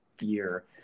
year